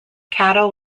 cattle